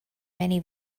many